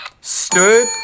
stood